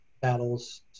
battles